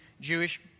Jewish